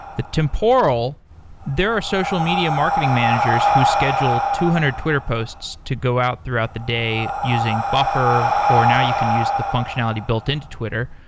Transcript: the temporal there are social media marketing managers who schedule two hundred twitter posts to go out throughout the day using buffer, or now you can use the functionality built in to twitter.